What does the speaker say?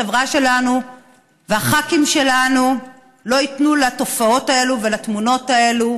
החברה שלנו והח"כים שלנו לא ייתנו לתופעות האלה ולתמונות האלה